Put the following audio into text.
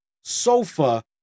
sofa